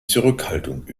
zurückhaltung